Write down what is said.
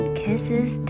kisses